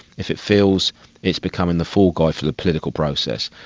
if it feels it is becoming the fall-guy for the political process,